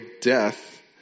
death